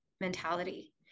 mentality